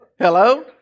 Hello